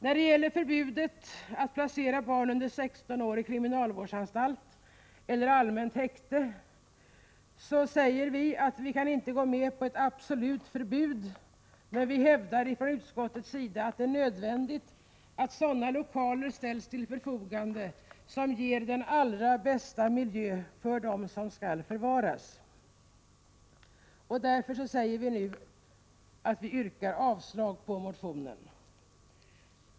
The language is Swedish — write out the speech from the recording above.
När det gäller förbudet att placera barn under 16 år i kriminalvårdsanstalt eller allmänt häkte anser vi från utskottets sida att vi inte kan gå med på ett absolut förbud, men vi hävdar att det är nödvändigt att sådana lokaler ställs till förfogande som ger den allra bästa miljö för dem som skall förvaras. Vi yrkar avslag på motionen.